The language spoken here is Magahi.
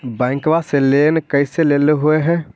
बैंकवा से लेन कैसे लेलहू हे?